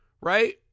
Right